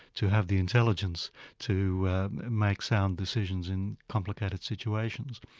to have the intelligence to make sound decisions in complicated situations,